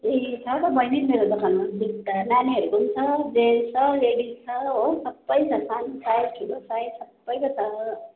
ए छ त बहिनी मेरो दोकानमा जुत्ता नानीहरूको छ जेन्स छ लेडिज छ हो सबै छ सानो साइज ठुलो साइज सबैको छ